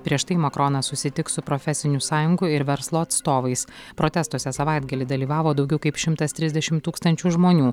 prieš tai makronas susitiks su profesinių sąjungų ir verslo atstovais protestuose savaitgalį dalyvavo daugiau kaip šimtas trisdešimt tūkstančių žmonių